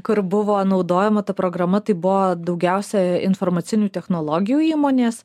kur buvo naudojama ta programa tai buvo daugiausia informacinių technologijų įmonės